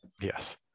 Yes